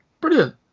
brilliant